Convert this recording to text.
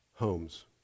homes